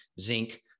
zinc